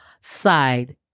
side